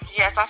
yes